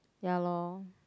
ya lorh